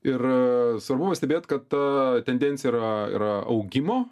ir svarbu pastebėt kad ta tendencija yra yra augimo